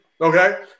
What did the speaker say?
okay